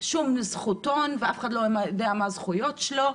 שום זכותון ואף אחד לא יודע מה הזכויות שלו.